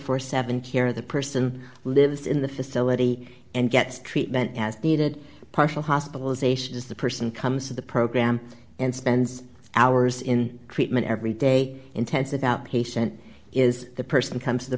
forty seven care the person lives in the facility and gets treatment as needed partial hospitalization is the person comes to the program and spends hours in treatment every day intensive outpatient is the person comes to the